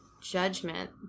judgment